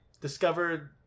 discovered